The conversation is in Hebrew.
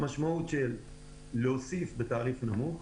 המשמעות של להוסיף בתעריף נמוך,